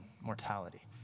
mortality